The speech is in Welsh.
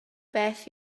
beth